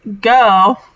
go